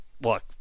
Look